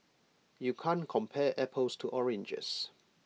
you can't compare apples to oranges